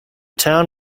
town